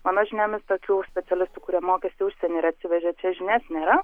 mano žiniomis tokių specialistų kurie mokėsi užsienyje ir atsivežė čia žinias nėra